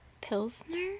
Pilsner